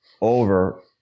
over